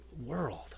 world